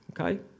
okay